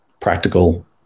practical